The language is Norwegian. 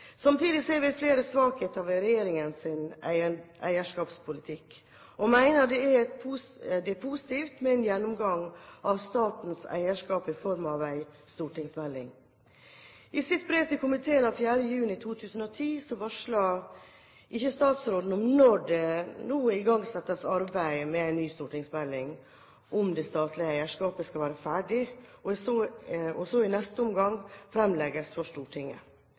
Samtidig ser vi flere svakheter ved regjeringens eierskapspolitikk og mener det er positivt med en gjennomgang av statens eierskap i form av en stortingsmelding. I sitt brev til komiteen av 4. juni 2010 varsler ikke statsråden om når det nå igangsatte arbeidet med en ny stortingsmelding om det statlige eierskapet skal være ferdig, og så i neste omgang framlegges for Stortinget.